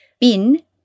bin